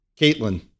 Caitlin